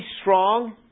strong